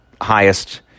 highest